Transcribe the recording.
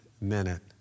minute